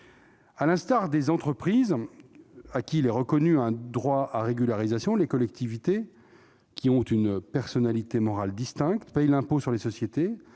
À l'instar des entreprises, à qui est reconnu ce droit à régularisation, les collectivités, qui ont une personnalité morale distincte, paient l'impôt sur les sociétés,